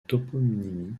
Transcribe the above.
toponymie